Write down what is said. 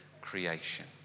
creation